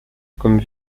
comme